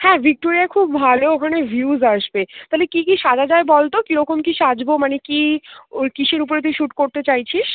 হ্যাঁ ভিক্টোরিয়া খুব ভালো ওখানে ভিউস আসবে তাহলে কী কী সাজা যায় বল তো কীরকম কী সাজবো মানে কি ও কিসের উপরে কি শ্যুট করতে চাইছিস